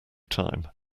time